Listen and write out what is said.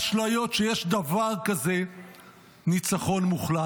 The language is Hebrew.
אשליות שיש דבר כזה ניצחון מוחלט.